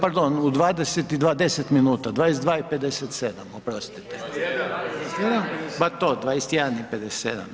Pardon, u 22, 10 minuta, 22 i 57, oprostite, ma to, 21 i 57.